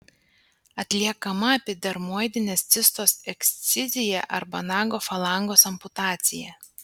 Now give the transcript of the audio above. atliekama epidermoidinės cistos ekscizija arba nago falangos amputacija